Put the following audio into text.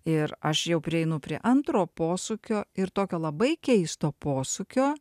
ir aš jau prieinu prie antro posūkio ir tokio labai keisto posūkio